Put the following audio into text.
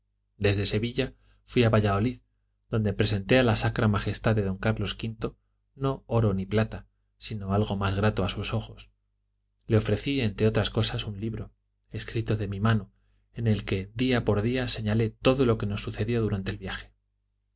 desde sevilla fui a valladolid donde presenté a la sacra majestad de don carlos v no oro ni plata sino algo más grato a sus ojos le ofrecí entre otras cosas un libro escrito de mi mano en el que día por día señalé todo lo que nos sucedió durante el viaje